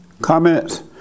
Comments